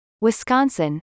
Wisconsin